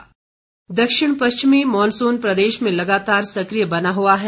मौसम दक्षिण पश्चिमी मॉनसून प्रदेश में लगातार सक्रिय बना हुआ है